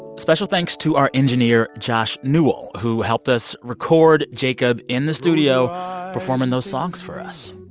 special thanks to our engineer josh newell, who helped us record jacob in the studio performing those songs for us.